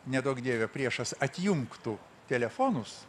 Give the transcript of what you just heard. neduok dieve priešas atjungtų telefonus